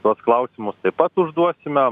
tuos klausimus taip pat užduosime